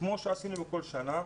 כמו שעשינו כל שנה,